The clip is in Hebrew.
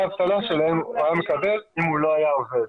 האבטלה שלהם הוא היה מקבל אם הוא לא היה עובד.